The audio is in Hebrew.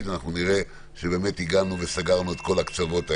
אנחנו נראה שבאמת הגענו וסגרנו את כל הקצוות האלה.